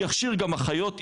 יכשיר גם אחיות,